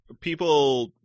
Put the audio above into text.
people